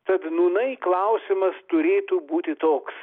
tad nūnai klausimas turėtų būti toks